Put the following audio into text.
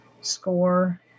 score